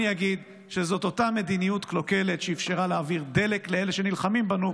אני אגיד שזאת אותה מדיניות קלוקלת שאפשרה להעביר דלק לאלה שנלחמים בנו,